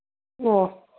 ꯑꯣ